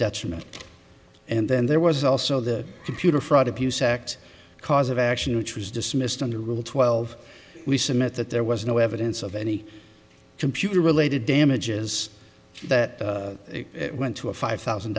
detriment and then there was also the computer fraud abuse act cause of action which was dismissed on the rule twelve we submit that there was no evidence of any computer related damages that it went to a five thousand